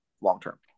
long-term